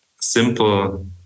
simple